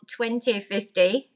2050